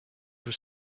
were